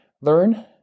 learn